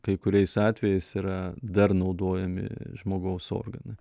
kai kuriais atvejais yra dar naudojami žmogaus organai